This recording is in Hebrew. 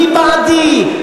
מי בעדי,